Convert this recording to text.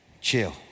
chill